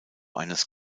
eines